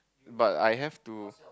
but I have to